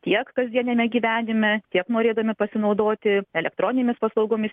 tiek kasdieniame gyvenime tiek norėdami pasinaudoti elektroninėmis paslaugomis